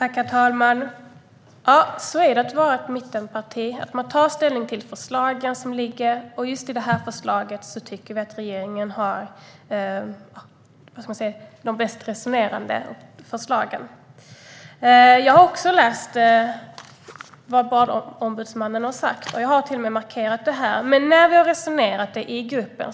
Herr talman! Så är det att vara ett mittenparti - man tar ställning till de förslag som ligger. Just i det här förslaget tycker vi att regeringen har det bästa resonerandet. Jag har också läst vad Barnombudsmannen har sagt. Jag har till och med markerat det i mina papper här. Vi har resonerat om detta i gruppen.